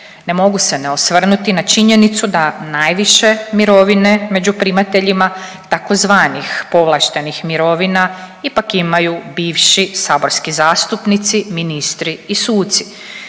Ne mogu se ne osvrnuti na činjenicu da najviše mirovine među primateljima tzv. povlaštenih mirovina ipak imaju bivši saborski zastupnici, ministri i suci.